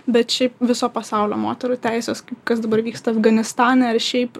bet šiaip viso pasaulio moterų teisės kas dabar vyksta afganistane ar šiaip